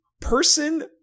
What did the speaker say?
person